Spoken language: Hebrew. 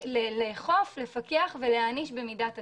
לאכוף, לפקח ולהעניש במידת הצורך.